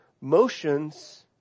motions